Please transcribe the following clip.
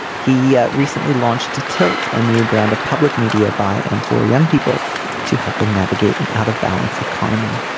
he ah recently launched to tilt a new brand of public media by and for young people to help them navigate an out of balance economy.